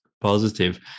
Positive